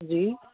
جی